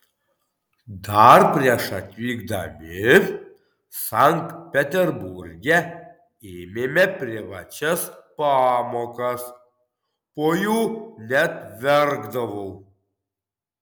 dar prieš atvykdami sankt peterburge ėmėme privačias pamokas po jų net verkdavau